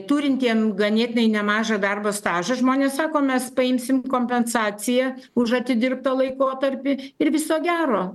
turintiem ganėtinai nemažą darbo stažą žmonės sako mes paimsim kompensaciją už atidirbtą laikotarpį ir viso gero